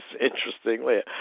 interestingly